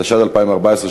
התשע"ד 2014,